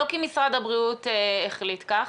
לא כי משרד הבריאות החליט כך,